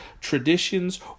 traditions